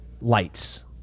lights